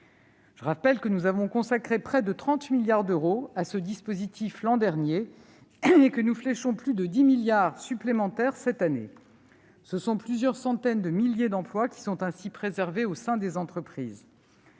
Je rappelle que nous avons consacré près de 30 milliards d'euros à ce dispositif l'an dernier, et que nous fléchons plus de 10 milliards d'euros supplémentaires cette année. Ce sont plusieurs centaines de milliers d'emplois qui sont ainsi préservés au sein des entreprises.